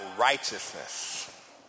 righteousness